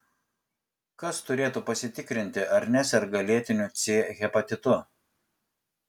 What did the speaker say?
kas turėtų pasitikrinti ar neserga lėtiniu c hepatitu